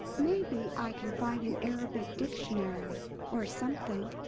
maybe i can find an arabic dictionary or something.